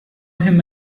him